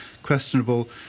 questionable